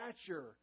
stature